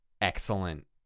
excellent